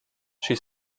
she